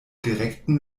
direkten